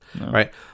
Right